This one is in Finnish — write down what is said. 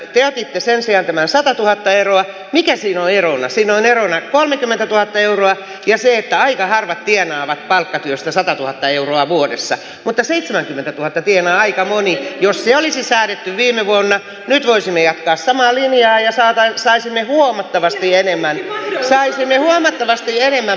totean että sen sijaan kymmenen satatuhatta eroa mikä sinua ja olla vaali on yksimielinen ja että aika harvat tienaavat palkkatyöstä satatuhatta euroa vuodessa mutta seitsemänkymmentätuhatta vielä aika moni jos se olisi säädetty viime vuonna suosimia somalinimiä ja saa vain saisi huomattavasti enemmän saisimme huomattavasti enemmän